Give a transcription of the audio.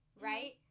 right